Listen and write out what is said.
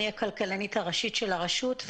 אני הכלכלנית הראשית של הרשות.